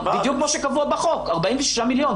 בדיוק כמו שקבוע בחוק - 46 מיליון,